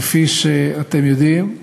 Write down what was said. כפי שאתם יודעים,